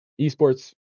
eSports